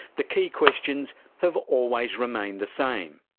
the key questions have always remained the same.